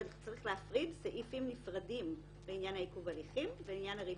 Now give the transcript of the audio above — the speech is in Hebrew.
אבל צריך להפריד סעיפים נפרדים לעניין עיכוב הליכים ולעניין הריבית.